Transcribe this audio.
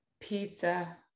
Pizza